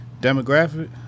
demographic